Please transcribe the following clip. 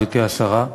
גברתי השרה,